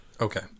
Okay